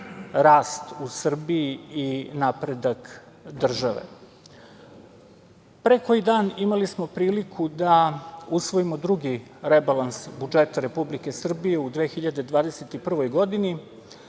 rast u Srbiji i napredak države. Pre koji dan imali smo priliku da usvojimo drugi rebalans budžeta Republike Srbije u 2021. godini,